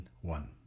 one